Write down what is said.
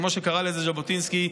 כמו שקרא לזה ז'בוטינסקי,